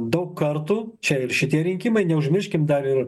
daug kartų čia ir šitie rinkimai neužmirškim dar ir